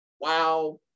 wow